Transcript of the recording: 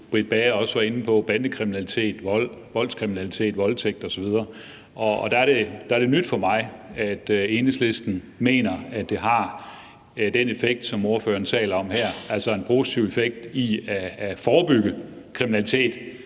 Britt Bager også var inde på, nemlig bandekriminalitet, vold, voldskriminalitet, voldtægt osv., og der er det nyt for mig, at Enhedslisten mener, at det har den effekt, som ordføreren taler om her, altså en positiv effekt i form af at forebygge kriminalitet,